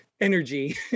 energy